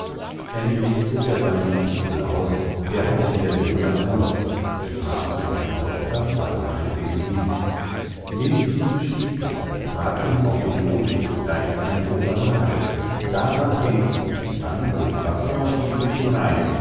endlich zog er seinen stiefel aus der hatte in der sohle ein loch und sprach zu seiner tochter seinem einzigen kind nimm diesem stiefel trag ihn auf den boden da ist ein großer nagel daran häng ihn auf dann hole wasser und gieß es hinein